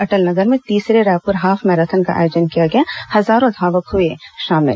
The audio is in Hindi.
अटलनगर में तीसरे रायपूर हाफ मैराथन का आयोजन किया गया हजारों धावक हए शामिल